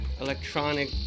electronic